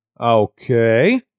Okay